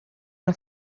una